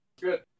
Good